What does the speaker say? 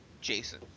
Jason